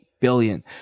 billion